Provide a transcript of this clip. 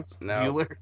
No